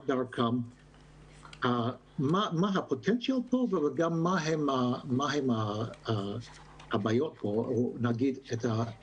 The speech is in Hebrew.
דרכם מה הפוטנציאל פה וגם ומהן הבעיות או האתגרים.